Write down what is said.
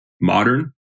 modern